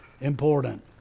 important